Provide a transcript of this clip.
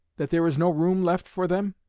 that there is no room left for them?